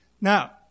Now